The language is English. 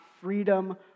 freedom